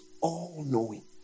all-knowing